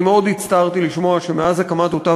אני מאוד הצטערתי לשמוע שמאז הקמת אותה